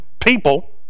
people